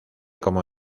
como